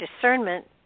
discernment